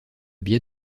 biais